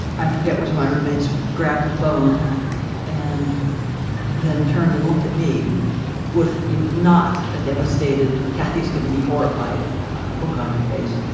i forget which of my roommates grabbed the phone and then turned and looked at me with not a devastated, kathy's gonna be horrified look on her face,